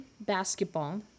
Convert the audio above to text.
Basketball